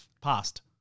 past